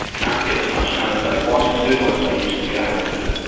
can't get as much done as they wanted to or as they used to be able to do.